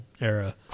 era